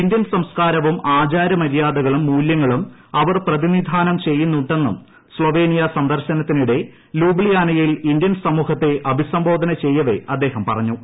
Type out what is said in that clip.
Indian സംസ്കാരവും ആചാര മര്യാദകളും മൂലൃങ്ങളും അവർ പ്രതിനിധാനം ചെയ്യുന്നുണ്ടെന്നും സ്ലൊവേനിയ സന്ദർശനത്തിനിടെ ലൂബ്ലിയാനയിൽ ഇന്ത്യൻ സമൂഹത്തെ അഭിസംബോധന ചെയ്യവേ അദ്ദേഹം പറഞ്ഞു